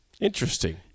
Interesting